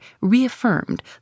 reaffirmed